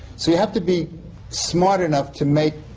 so you have to be smart enough to make,